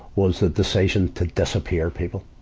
was the decision to disappear people,